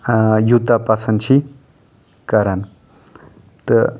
یوٗتاہ پسنٛد چھِی کران تہٕ